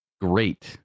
great